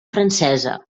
francesa